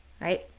Right